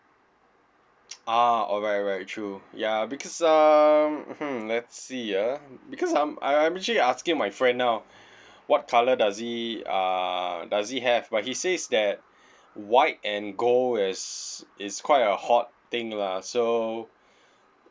ah alright alright true ya because um hmm let's see ah because I'm I I'm actually asking my friend now what colour does he err does he have but he says that white and gold is is quite a hot thing lah so